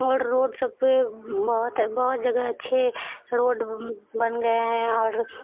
اور روڈ سب پہ بہت بہت جگہ اچھے روڈ بن گئے ہیں اور